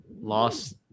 lost